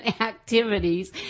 activities